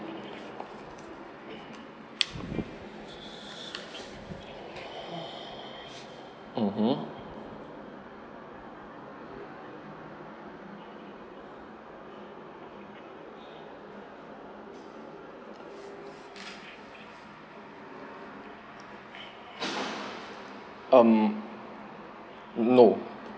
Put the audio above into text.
mmhmm um no